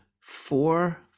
four